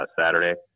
saturday